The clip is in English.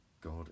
God